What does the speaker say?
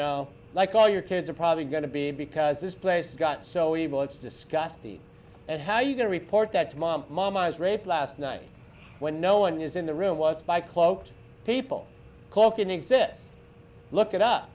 know like all your kids are probably going to be because this place got so evil it's disgusting and how you can report that to mom mom i was raped last night when no one is in the room watched by cloaked people call can exist look it up